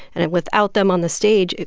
and and without them on the stage,